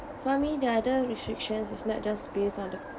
for me the other restrictions is not just based on the